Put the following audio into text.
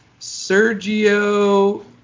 Sergio